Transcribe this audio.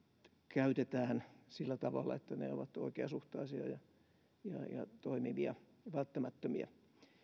käytetään sillä tavalla että ne ovat oikeasuhtaisia ja toimivia ja välttämättömiä